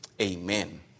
amen